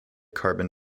carbon